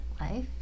life